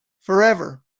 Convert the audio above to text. forever